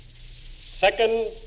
Second